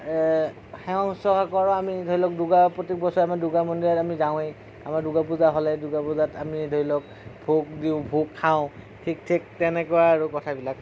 সেৱা শুশ্ৰূষা কৰা আমি ধৰি লওঁক দূৰ্গা প্ৰত্যেক বছৰে আমি দূৰ্গা মন্দিৰত আমি যাওঁৱেই আমাৰ দূৰ্গা পূজা হ'লে দূৰ্গা পূজাত আমি ধৰি লওঁক ভোগ দিওঁ ভোগ খাওঁ ঠিক ঠিক তেনেকুৱা আৰু কথাবিলাক